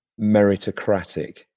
meritocratic